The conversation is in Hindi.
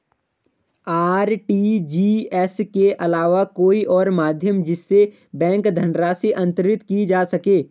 आर.टी.जी.एस के अलावा कोई और माध्यम जिससे बैंक धनराशि अंतरित की जा सके?